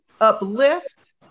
uplift